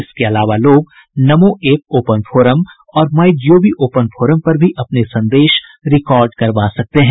इसके अलावा लोग नमो ऐप ओपन फोरम और माई जीओवी ओपन फोरम पर भी अपने संदेश रिकार्ड करवा सकते हैं